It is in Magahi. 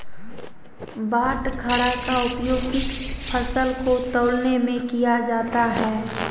बाटखरा का उपयोग किस फसल को तौलने में किया जाता है?